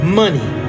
money